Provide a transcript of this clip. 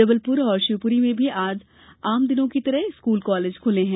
जबलपुर और शिवपुरी में भी आज आम दिनों की तरह स्कूल कॉलेज खुले हैं